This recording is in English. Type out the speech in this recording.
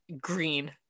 green